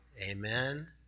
Amen